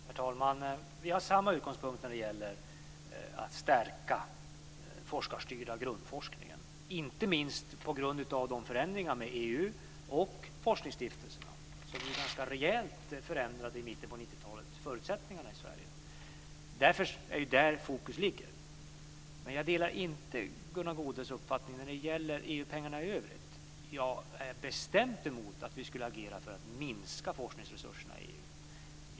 Herr talman! Vi har samma utgångspunkt när det gäller att stärka den forskarstyrda grundforskningen, inte minst på grund av förändringarna med EU och forskningsstiftelserna, som ju ganska rejält förändrade förutsättningarna i Sverige i mitten på 90-talet. Det är där fokus ligger. Men jag delar inte Gunnar Goudes uppfattning när det gäller EU-pengarna i övrigt. Jag är bestämt emot att vi skulle agera för att minska forskningsresurserna i EU.